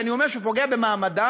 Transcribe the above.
כשאני אומר שפוגע במעמד,